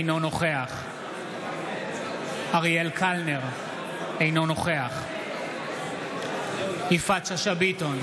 אינו נוכח אריאל קלנר, אינו נוכח יפעת שאשא ביטון,